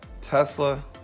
Tesla